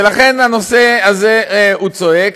לכן הנושא הזה צועק.